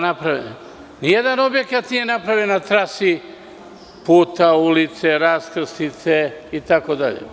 Ni jedan objekat nije napravljen na trasi puta, ulice, raskrsnice itd.